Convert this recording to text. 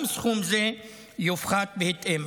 גם סכום זה יופחת בהתאם.